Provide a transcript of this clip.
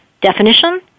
definition